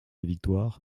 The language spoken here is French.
victoire